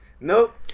nope